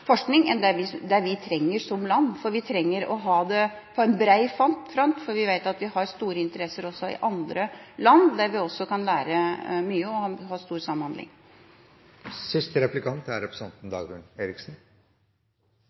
forskning enn det vi trenger som land. Vi trenger å ha det på en bred front, for vi vet at vi har store interesser også i andre land, der vi også kan lære mye og ha stor samhandling. Senterpartiet og Kristelig Folkeparti pleier å være ganske enige om at vettet er